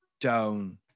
Down